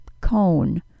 cone